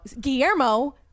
Guillermo